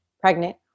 pregnant